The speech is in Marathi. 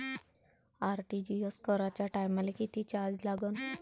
आर.टी.जी.एस कराच्या टायमाले किती चार्ज लागन?